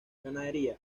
ganadería